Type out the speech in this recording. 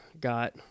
got